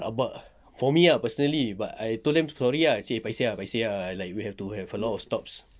rabak ah for me ah personally but I told them sorry ah I say paiseh paiseh ah like we have to have a lot of stops